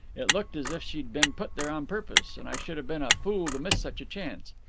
it looked as if she'd been put there on purpose, and i should have been a fool to miss such a chance.